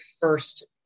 first